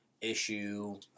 issue